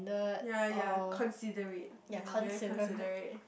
yea yea considerate be very considerate